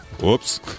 Whoops